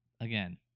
again